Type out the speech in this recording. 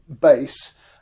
base